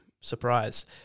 surprise